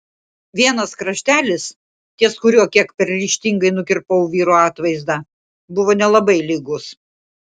vienas kraštelis ties kuriuo kiek per ryžtingai nukirpau vyro atvaizdą buvo nelabai lygus